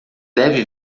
deve